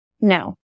no